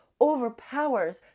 overpowers